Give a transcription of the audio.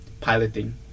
piloting